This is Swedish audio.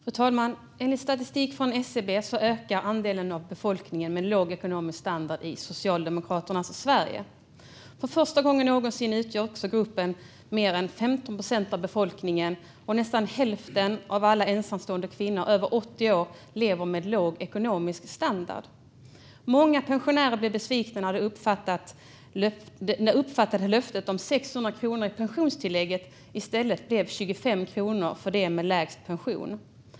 Fru talman! Enligt statistik från SCB ökar andelen av befolkningen med låg ekonomisk standard i Socialdemokraternas Sverige. För första gången någonsin utgör också gruppen mer än 15 procent av befolkningen, och nästan hälften av alla ensamstående kvinnor över 80 år lever med låg ekonomisk standard. Många pensionärer blev besvikna när det uppfattade löftet om 600 kronor i pensionstillägg i stället blev 25 kronor för dem med lägst pension.